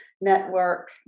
Network